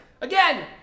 Again